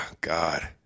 God